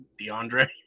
DeAndre